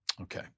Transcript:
Okay